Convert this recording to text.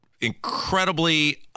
incredibly